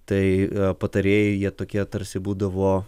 tai patarėjai jie tokie tarsi būdavo